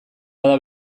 bada